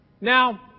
Now